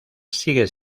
sigue